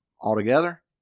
altogether